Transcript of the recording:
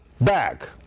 back